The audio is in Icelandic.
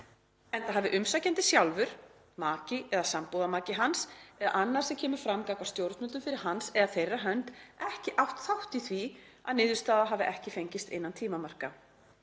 enda hafi umsækjandi sjálfur, maki eða sambúðarmaki hans eða annar sem kemur fram gagnvart stjórnvöldum fyrir hans eða þeirra hönd ekki átt þátt í því að niðurstaða hafi ekki fengist innan tímamarka.